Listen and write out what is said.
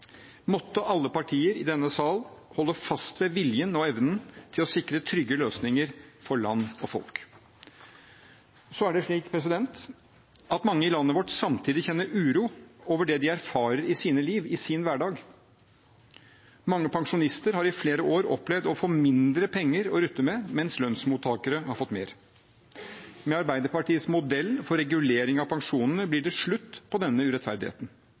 Måtte alle partier i denne sal holde fast ved viljen og evnen til å sikre trygge løsninger for land og folk. Så er det slik at mange i landet vårt samtidig kjenner uro over det de erfarer i sine liv, i sin hverdag. Mange pensjonister har i flere år opplevd å få mindre penger å rutte med, mens lønnsmottakere har fått mer. Med Arbeiderpartiets modell for regulering av pensjonene blir det slutt på denne urettferdigheten.